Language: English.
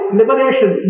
liberation